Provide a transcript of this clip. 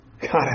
God